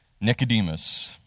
Nicodemus